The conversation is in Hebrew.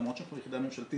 למרות שאנחנו יחידה ממשלתית,